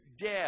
death